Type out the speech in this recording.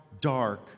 dark